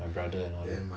my brother and all that